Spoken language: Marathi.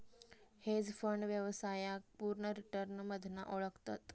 हेज फंड व्यवसायाक पुर्ण रिटर्न मधना ओळखतत